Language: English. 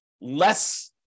less